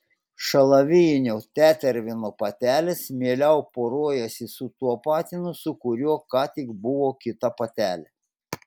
šalavijinio tetervino patelės mieliau poruojasi su tuo patinu su kuriuo ką tik buvo kita patelė